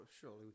surely